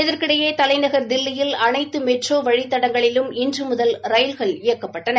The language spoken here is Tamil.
இதற்கிடையே தலைநகர் தில்லியில் அனைத்து மெட்ரோ வழித்தடங்களிலும் இன்று முதல் ரயில்கள் இயக்கப்பட்டன